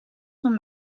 van